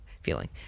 feeling